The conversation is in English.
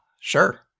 Sure